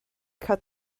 cut